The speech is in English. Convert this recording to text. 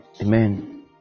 amen